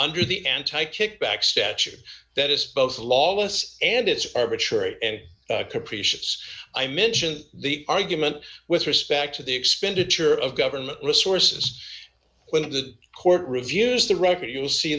under the anti kickback statue that is both lawless and it's arbitrary and capricious i mention the argument with respect to the expenditure of government resources when the court reviews the record you'll see